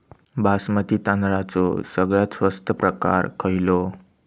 बासमती तांदळाचो सगळ्यात स्वस्त प्रकार खयलो?